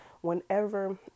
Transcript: whenever